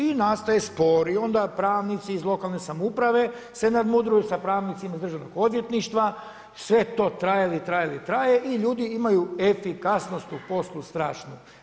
I nastao je spor i onda pravnici iz lokalne samouprave se nadmudruju sa pravnicima Državnog odvjetništva, sve to traje li traje i traje i ljudi imaju efikasnost u poslu strašno.